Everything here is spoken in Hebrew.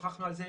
שוחחנו על זה.